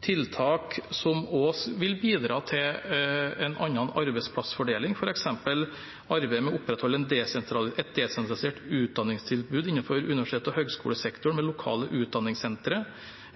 tiltak som også vil bidra til en annen arbeidsplassfordeling, f.eks. arbeidet med å opprettholde et desentralisert utdanningstilbud innenfor universitets- og høgskolesektoren, med lokale utdanningssentre.